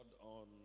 on